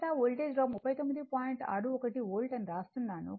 61 volt అని వ్రాస్తున్నాను